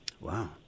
Wow